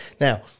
Now